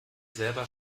selber